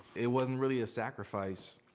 it wasn't really a sacrifice.